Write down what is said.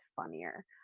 funnier